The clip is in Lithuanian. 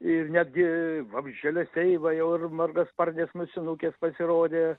ir netgi vabzdžialesiai va jau ir margasparnės musinukės pasirodė